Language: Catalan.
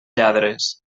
lladres